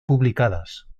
publicadas